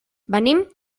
venim